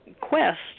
quest